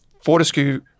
Fortescue